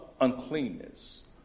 uncleanness